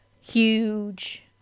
Huge